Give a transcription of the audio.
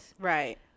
Right